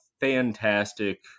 fantastic